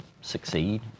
succeed